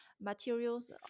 materials